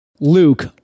Luke